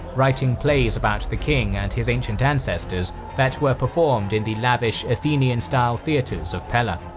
writing plays about the king and his ancient ancestors that were performed in the lavish athenian-style theatres of pella.